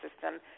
system